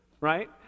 right